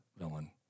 villain